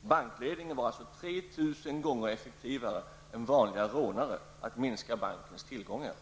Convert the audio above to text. Bankledningen var alltså tre tusen gånger effektivare än vanliga rånare när det gällde att minska bankens tillgångar.